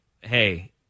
hey